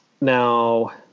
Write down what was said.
now